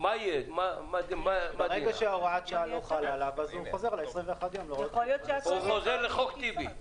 מי שהוראת השעה לא חלה עליו חוזר לחוק טיבי.